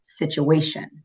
situation